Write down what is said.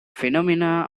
phenomenon